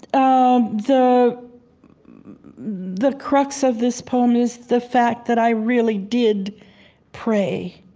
um the the crux of this poem is the fact that i really did pray,